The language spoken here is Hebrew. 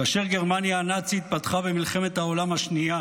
כאשר גרמניה הנאצית פתחה במלחמת העולם השנייה